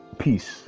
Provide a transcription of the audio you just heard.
Peace